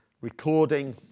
recording